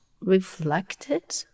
reflected